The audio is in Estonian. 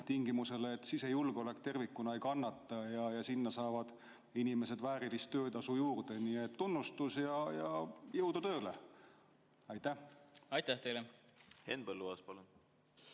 et sisejulgeolek tervikuna ei kannata ja sealsed inimesed saavad väärilist töötasu juurde. Tunnustus ja jõudu tööle! Aitäh teile!